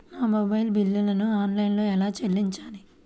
నా మొబైల్ బిల్లును ఆన్లైన్లో ఎలా చెల్లించాలి?